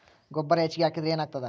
ಗೊಬ್ಬರ ಹೆಚ್ಚಿಗೆ ಹಾಕಿದರೆ ಏನಾಗ್ತದ?